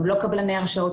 אנחנו לא קבלני הרשעות,